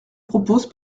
propose